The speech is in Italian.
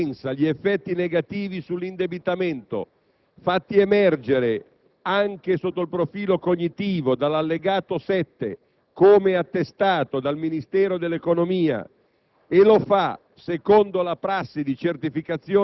Preso atto che l'emendamento compensa gli effetti negativi sull'indebitamento fatti emergere, anche sotto il profilo cognitivo, dall'allegato 7, come attestato dal Ministero dell'economia,